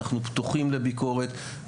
אנחנו פתוחים לביקורת.